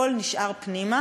הכול נשאר בפנים,